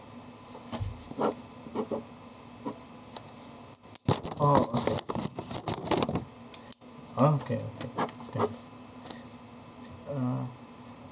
oh okay oh okay okay thanks uh